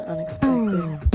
Unexpected